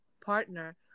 partner